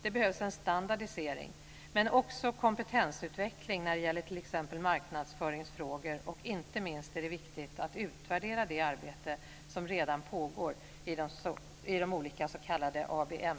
Det behövs en standardisering men också kompetensutveckling när det gäller t.ex. marknadsföringsfrågor, och inte minst är det viktigt att utvärdera det arbete som redan pågår i de olika s.k. ABM